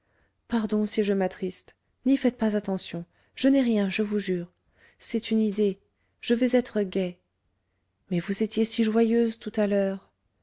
pardon si je m'attriste n'y faites pas attention je n'ai rien je vous jure c'est une idée je vais être gaie mais vous étiez si joyeuse tout à l'heure